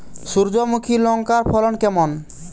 সূর্যমুখী লঙ্কার ফলন কেমন?